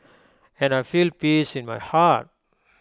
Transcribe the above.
and I feel peace in my heart